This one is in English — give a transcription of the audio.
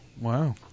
Wow